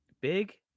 Big